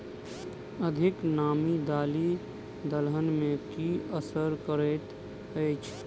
अधिक नामी दालि दलहन मे की असर करैत अछि?